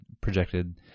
projected